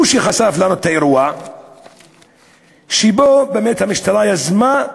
הוא שחשף לפנינו את האירוע שבו באמת המשטרה יזמה,